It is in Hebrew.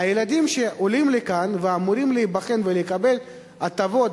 הילדים שעולים לכאן ואמורים להיבחן ולקבל הטבות